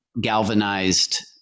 galvanized